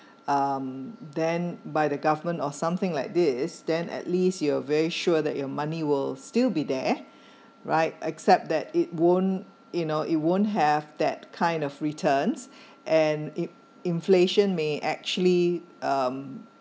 um then by the government or something like this then at least you are very sure that your money will still be there right except that it won't you know it won't have that kind of returns and in~ inflation may actually um